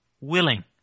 willing